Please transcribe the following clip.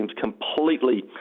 Completely